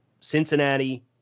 Cincinnati